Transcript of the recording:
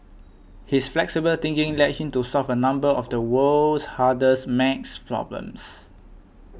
his flexible thinking led him to solve a number of the world's hardest maths problems